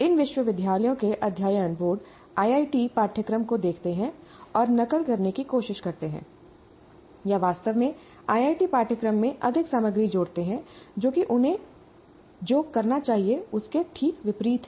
इन विश्वविद्यालयों के अध्ययन बोर्ड आईआईटी पाठ्यक्रम को देखते हैं और नकल करने की कोशिश करते हैं या वास्तव में आईआईटी पाठ्यक्रम में अधिक सामग्री जोड़ते हैं जो कि उन्हें जो करना चाहिए उसके ठीक विपरीत है